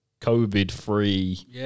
COVID-free